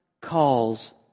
calls